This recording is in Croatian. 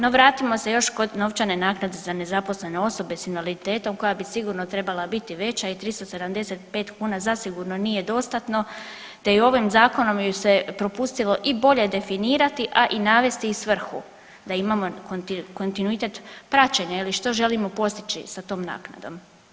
No, vratimo se još kod novčane naknade za nezaposlene osobe sa invaliditetom koja bi sigurno trebala biti veća i 375 kuna zasigurno nije dostatno, te bi se ovim zakonom propustilo i bolje definirati, a i navesti i svrhu da imamo kontinuitet praćenja što želimo postići sa tom naknadom.